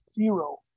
zero